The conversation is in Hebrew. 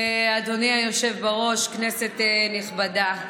אדוני היושב-ראש, כנסת נכבדה,